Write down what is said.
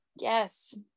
yes